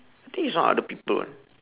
I think this one other people [one]